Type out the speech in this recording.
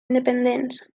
independents